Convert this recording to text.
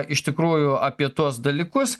iš tikrųjų apie tuos dalykus